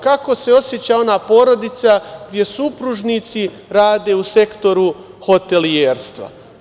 Kako se oseća ona porodica gde supružnici rade u sektoru hotelijerstva?